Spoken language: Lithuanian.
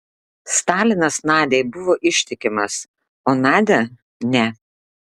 stalinas nadiai buvo ištikimas o nadia ne